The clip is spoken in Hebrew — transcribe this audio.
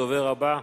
הדובר הבא,